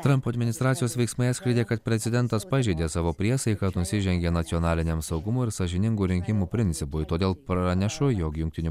trumpo administracijos veiksmai atskleidė kad prezidentas pažeidė savo priesaiką nusižengė nacionaliniam saugumui ir sąžiningų rinkimų principui todėl pranešu jog jungtinių